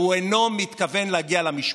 והוא אינו מתכוון להגיע למשפט.